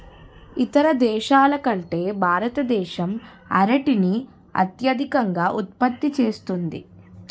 ఇతర దేశాల కంటే భారతదేశం అరటిని అత్యధికంగా ఉత్పత్తి చేస్తుంది